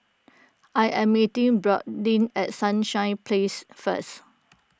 I am meeting Bradyn at Sunshine Place first